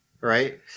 Right